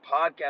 podcast